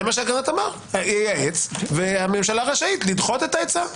זה מה שאמר אגרנט אייעץ והממשלה רשאית לדחות את העצה.